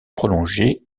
prolonger